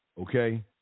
Okay